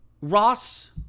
Ross